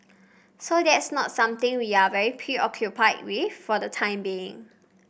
so that's not something we are very preoccupied with for the time being